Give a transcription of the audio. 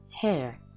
hair